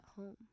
home